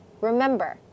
Remember